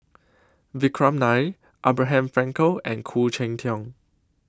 Vikram Nair Abraham Frankel and Khoo Cheng Tiong